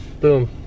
Boom